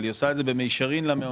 אבל היא עושה את זה במישרין למעונות